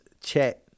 chat